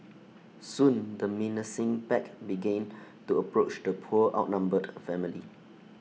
soon the menacing pack began to approach the poor outnumbered family